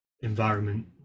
environment